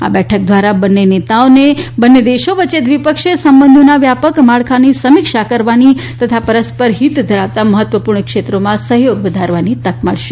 આ બેઠક દ્વારા બંન્ને નેતાઓને બંન્ને દેશો વચ્ચે દ્વિપક્ષીય સંબંધોના વ્યાપક માળખાની સમીક્ષા કરવાની તથા પરસ્પર હિત ધરાવતા મહત્વપૂર્ણ ક્ષેત્રોમાં સહયોગ વધારવાની તક મળશે